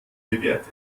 bewertet